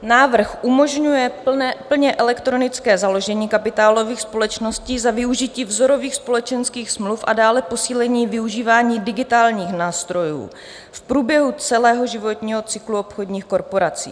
Návrh umožňuje plně elektronické založení kapitálových společností za využití vzorových společenských smluv a dále posílení využívání digitálních nástrojů v průběhu celého životního cyklu obchodních korporací.